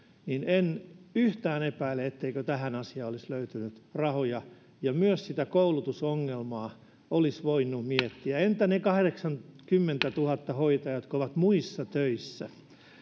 niin en yhtään epäile etteikö tähän asiaan olisi löytynyt rahoja myös sitä koulutusongelmaa olisi voinut miettiä entä ne kahdeksankymmentätuhatta hoitajaa jotka ovat muissa töissä